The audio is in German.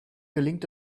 gelingt